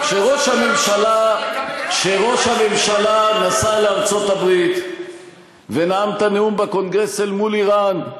כשראש הממשלה נסע לארצות-הברית ונאם בקונגרס אל מול איראן,